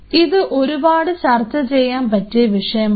ഇത് ഒരുപാട് ചർച്ച ചെയ്യാൻ പറ്റിയ വിഷയമാണ്